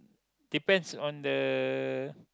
depends on the